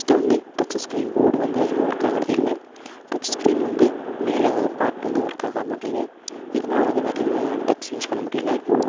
next வந்து touch screen board வந்து அதிகமாக ஒர்க் ஆகிறது இல்லை டச் ஸ்கிரீன் வந்து மேலே பார்ட் வந்து ஒர்க்காகமாட்டேங்குது இதனால் வந்து நான் அதிகமாக டச் யூஸ் பண்ண முடியல